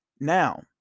now